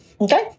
Okay